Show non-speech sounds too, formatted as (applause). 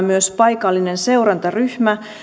(unintelligible) myös paikallinen seurantaryhmä